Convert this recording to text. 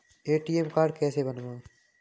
ATM card कैसे बनवाएँ?